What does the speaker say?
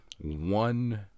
one